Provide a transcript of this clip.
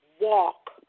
walk